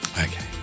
Okay